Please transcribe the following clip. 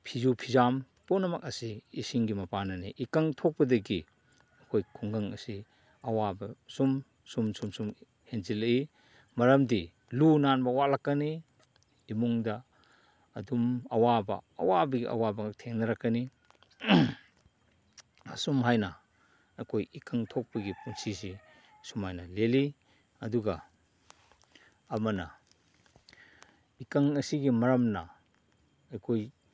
ꯐꯤꯖꯨ ꯐꯤꯖꯥꯝ ꯄꯨꯝꯅꯃꯛ ꯑꯁꯤ ꯏꯁꯤꯡꯒꯤ ꯃꯄꯥꯟꯅꯅꯤ ꯏꯀꯪ ꯊꯣꯛꯄꯗꯒꯤ ꯑꯩꯈꯣꯏ ꯈꯨꯡꯒꯪ ꯑꯁꯤ ꯑꯋꯥꯕ ꯁꯨꯝ ꯁꯨꯝ ꯁꯨꯝ ꯁꯨꯝ ꯍꯦꯟꯖꯤꯜꯂꯛꯏ ꯃꯔꯝꯗꯤ ꯂꯨ ꯅꯥꯟꯕ ꯋꯥꯠꯂꯛꯀꯅꯤ ꯏꯃꯨꯡꯗ ꯑꯗꯨꯝ ꯑꯋꯥꯕ ꯑꯋꯥꯕꯒꯤ ꯑꯋꯥꯕ ꯉꯥꯛ ꯊꯦꯡꯅꯔꯛꯀꯅꯤ ꯑꯁꯨꯝ ꯍꯥꯏꯅ ꯑꯩꯈꯣꯏ ꯏꯀꯪ ꯊꯣꯛꯄꯒꯤ ꯄꯨꯟꯁꯤꯁꯤ ꯁꯨꯃꯥꯏꯅ ꯂꯦꯜꯂꯤ ꯑꯗꯨꯒ ꯑꯃꯅ ꯏꯀꯪ ꯑꯁꯤꯒꯤ ꯃꯔꯝꯅ ꯑꯩꯈꯣꯏ